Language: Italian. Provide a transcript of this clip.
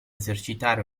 esercitare